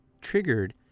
Triggered